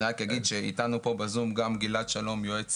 אני רק אגיד שאיתנו כאן בזום גם גלעד שלום יועץ